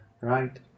right